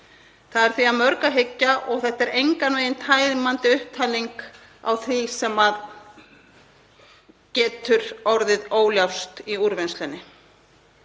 Það er því að mörgu að hyggja og þetta er engan veginn tæmandi upptalning á því sem getur orðið óljóst í úrvinnslunni.